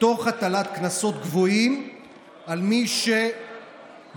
תוך הטלת קנסות גבוהים על מי שיפרו